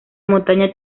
montaña